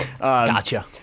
Gotcha